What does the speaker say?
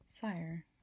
Sire